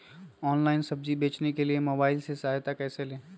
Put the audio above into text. Online सब्जी बेचने के लिए मोबाईल की सहायता कैसे ले?